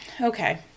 Okay